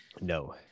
No